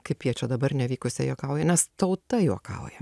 kaip jie čia dabar nevykusiai juokauja nes tauta juokauja